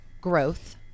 growth